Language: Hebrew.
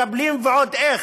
מקבלים ועוד איך.